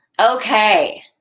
Okay